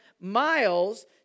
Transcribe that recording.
miles